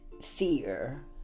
fear